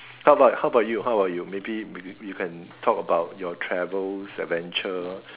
how about how about you how about you maybe you can talk about your travels adventure